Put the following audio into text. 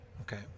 Okay